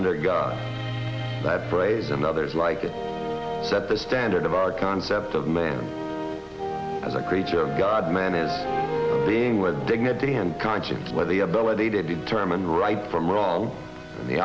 under god that phrase and others like it that the standard of our concept of man as a creature god man is being with dignity and conscience where the ability to determine right from wrong and the